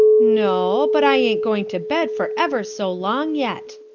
no but i ain't going to bed for ever so long yet,